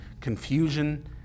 confusion